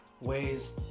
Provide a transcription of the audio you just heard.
ways